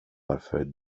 varför